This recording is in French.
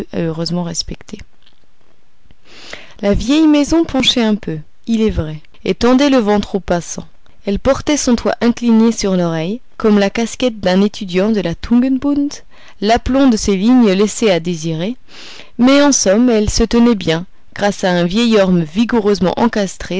heureusement respecté la vieille maison penchait un peu il est vrai et tendait le ventre aux passants elle portait son toit incliné sur l'oreille comme la casquette d'un étudiant de la tugendbund l'aplomb de ses lignes laissait à désirer mais en somme elle se tenait bien grâce à un vieil orme vigoureusement encastré